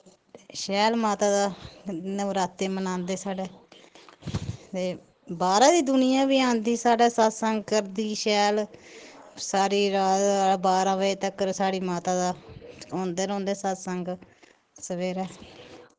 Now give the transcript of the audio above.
शैल माता दा नवरात्ते बनांदे साढ़ै ते बाह्रा दी दुनियां बी आंदी साढ़ै सत्संग करदी शैल सारी रात बारां बज़े तकर साढ़ी माता दा होंदे रौंह्दे सत्संग सवेरै